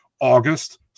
August